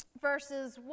verses